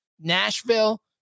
nashville